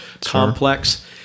complex